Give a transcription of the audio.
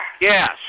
Yes